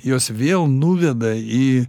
jos vėl nuveda į